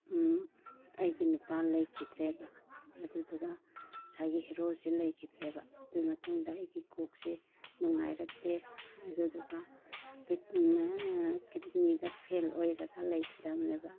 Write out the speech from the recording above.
ꯑꯩꯒꯤ ꯅꯨꯄꯥ ꯂꯩꯈꯤꯗ꯭ꯔꯦꯕ ꯑꯗꯨꯗꯨꯒ ꯉꯁꯥꯏꯒꯤ ꯍꯦꯔꯣꯁꯤ ꯂꯩꯈꯤꯗ꯭ꯔꯦꯕ ꯑꯗꯨꯒꯤ ꯃꯇꯨꯡꯗ ꯑꯩꯒꯤ ꯀꯣꯛꯁꯦ ꯅꯨꯡꯉꯥꯏꯔꯛꯇꯦ ꯑꯗꯨꯗꯨꯒ ꯀꯤꯗꯅꯤꯗ ꯐꯦꯜ ꯑꯣꯏꯔꯒ ꯂꯩꯈꯤꯗꯕꯅꯦꯕ